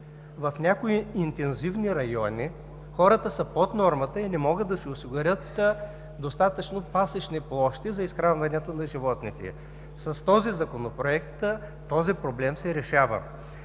В някои интензивни райони хората са под нормата и не могат да си осигурят достатъчно пасищни площи за изхранването на животните. С този Законопроект проблемът се решава.